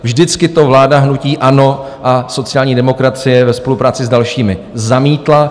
Vždycky to vláda hnutí ANO a sociální demokracie ve spolupráci s dalšími zamítla.